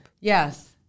Yes